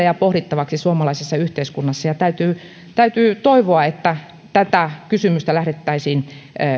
ja pohdittavaksi suomalaisessa yhteiskunnassa täytyy täytyy toivoa että tätä kysymystä lähdettäisiin